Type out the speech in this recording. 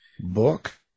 book